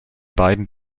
beiden